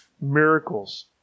miracles